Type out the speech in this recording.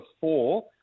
four